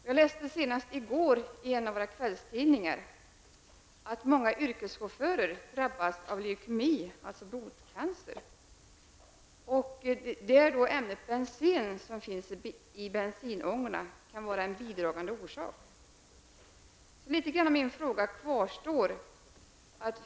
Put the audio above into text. Senast i går läste jag i en av våra kvällstidningar att många yrkeschaufförer drabbas av leukemi, blodcancer. Ämnet bensen som finns i bensinångor kan vara en bidragande orsak. Min fråga kvarstår delvis.